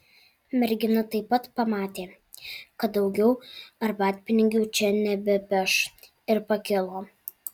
mergina taip pat pamatė kad daugiau arbatpinigių čia nebepeš ir pakilo